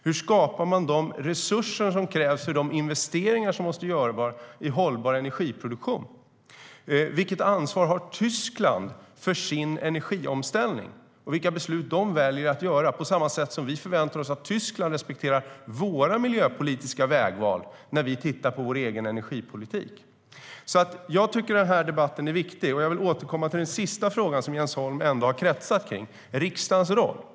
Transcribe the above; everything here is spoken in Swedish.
Hur skapar man de resurser som krävs för de investeringar som måste göras i hållbar energiproduktion? Vilket ansvar har Tyskland för sin energiomställning? Vilka beslut väljer de att fatta? Vi måste respektera Tyskland på samma sätt som vi förväntar oss att Tyskland respekterar våra miljöpolitiska vägval när det gäller vår egen energipolitik. Jag tycker att debatten är viktig, och jag vill återkomma till den sista frågan från Jens Holm, nämligen riksdagens roll.